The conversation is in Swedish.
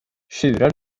tjurar